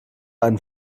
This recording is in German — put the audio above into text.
einen